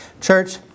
church